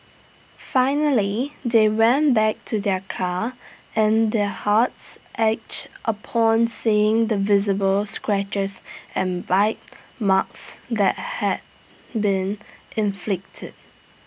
finally they went back to their car and their hearts ached upon seeing the visible scratches and bite marks that had been inflicted